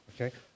okay